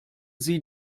sie